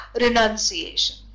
renunciation